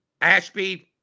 Ashby